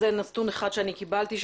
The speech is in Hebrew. זה נתון אחד שאני קיבלתי.